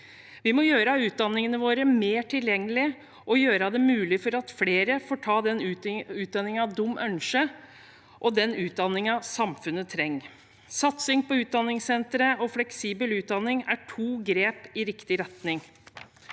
Vi må gjøre utdanningene våre mer tilgjengelige og gjøre det mulig at flere får ta den utdanningen de ønsker, og den utdanningen samfunnet trenger. Satsing på utdanningssentre og fleksibel utdanning er to grep i riktig retning.